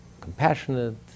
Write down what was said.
compassionate